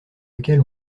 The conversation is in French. lequel